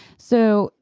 so,